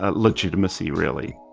ah legitimacy, really.